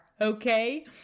Okay